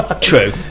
True